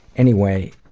anyway,